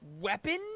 weapon